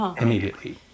immediately